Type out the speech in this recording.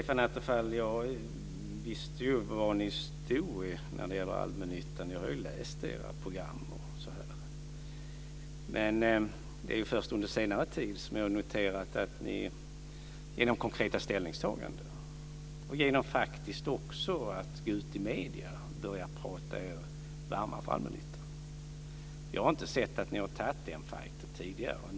Fru talman! Jag visste ju, Stefan Attefall, var ni stod när det gällde allmännyttan. Jag har läst era program osv., men det är först under senare tid som jag har noterat att ni i de konkreta ställningstagandena och faktiskt också genom att gå ut i medierna har talat varmt för allmännyttan. Jag har tidigare inte sett att ni tagit den fajten.